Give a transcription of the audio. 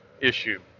issue